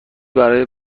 برای